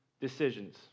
decisions